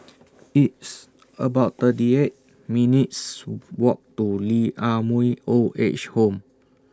It's about thirty eight minutes' Walk to Lee Ah Mooi Old Age Home